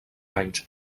anys